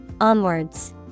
onwards